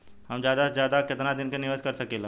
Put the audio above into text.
हम ज्यदा से ज्यदा केतना दिन के निवेश कर सकिला?